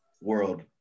world